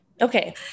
Okay